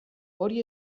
hori